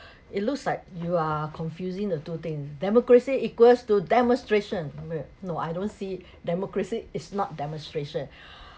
it looks like you are confusing the two thing democracy equals to demonstration mer~ no I don't see democracy is not demonstration